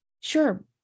sure